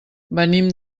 venim